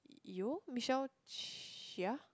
Yeoh Michelle-Chia